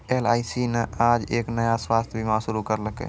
LIC न आज एक नया स्वास्थ्य बीमा शुरू करैलकै